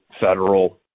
federal